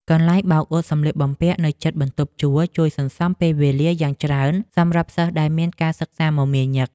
កន្លែងបោកអ៊ុតសម្លៀកបំពាក់នៅជិតបន្ទប់ជួលជួយសន្សំពេលវេលាយ៉ាងច្រើនសម្រាប់សិស្សដែលមានការសិក្សាមមាញឹក។